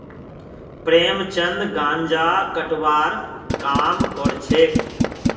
प्रेमचंद गांजा कटवार काम करछेक